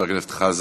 חבר הכנסת חזן.